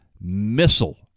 missile